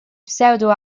pseudo